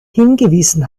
hingewiesen